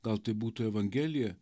gal tai būtų evangelija